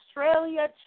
Australia